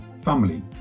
family